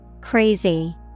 Crazy